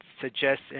suggests